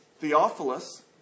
Theophilus